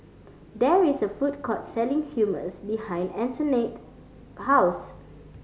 there is a food court selling Hummus behind Antonette house